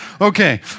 Okay